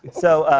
so,